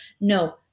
No